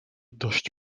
dość